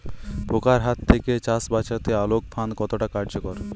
পোকার হাত থেকে চাষ বাচাতে আলোক ফাঁদ কতটা কার্যকর?